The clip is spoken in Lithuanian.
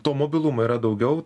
to mobilumo yra daugiau